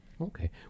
Okay